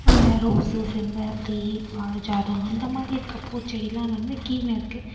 rose செம்பருத்தி பாரிஜாதம் அந்த மாதிரி இருக்க பூச்செடிலாம் வந்து கீழே இருக்குது